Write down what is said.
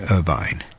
Irvine